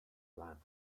lab